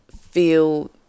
feel